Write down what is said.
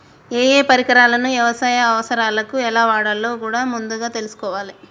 ఏయే పరికరాలను యవసాయ అవసరాలకు ఎలా వాడాలో కూడా ముందుగా తెల్సుకోవాలే